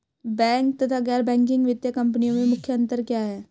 Bank तथा गैर banking वित्तीय कंपनियों में मुख्य अंतर क्या है?